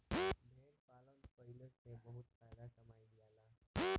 भेड़ पालन कईला से बहुत फायदा कमाईल जा जाला